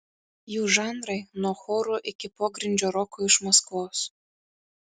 jų žanrai nuo chorų iki pogrindžio roko iš maskvos